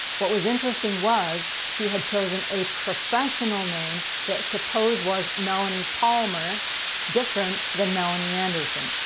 what was interesting was, she had chosen a professional name that suppose was melanie palmer different than melanie anderson.